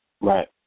Right